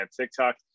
TikTok